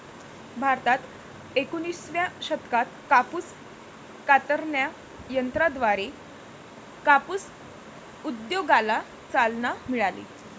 भारतात एकोणिसाव्या शतकात कापूस कातणाऱ्या यंत्राद्वारे कापूस उद्योगाला चालना मिळाली